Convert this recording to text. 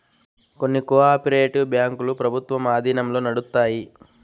కొన్ని cooperative బ్యాంకులు ప్రభుత్వం ఆధీనంలో నడుత్తాయి